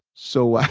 so